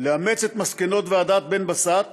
לאמץ את מסקנות ועדת בן-בסט